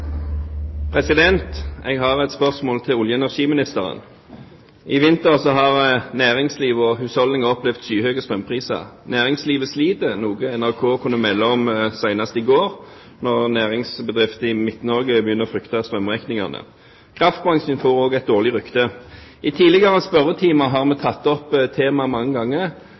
Jeg har et spørsmål til olje- og energiministeren. I vinter har næringsliv og husholdninger opplevd skyhøye strømpriser. Næringslivet sliter, noe NRK kunne melde om senest i går, når næringsbedrifter i Midt-Norge begynner å frykte strømregningene. Kraftbransjen får også et dårlig rykte. I tidligere spørretimer har vi tatt opp temaet mange ganger.